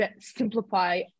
simplify